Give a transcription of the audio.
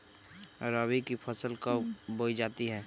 रबी की फसल कब बोई जाती है?